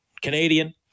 Canadian